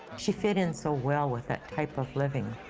she fit in so well with that type of living.